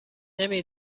نمی